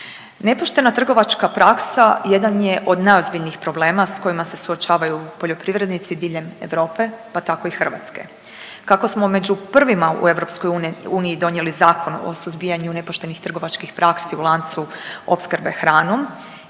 Nepoštena trgovačka praksa jedan je od najozbiljnijih problema s kojima se suočavaju poljoprivrednici diljem Europe, pa tako i Hrvatske. Kako smo među prvima u EU donijeli Zakon o suzbijanju nepoštenih trgovačkih praksi u lancu opskrbe hranom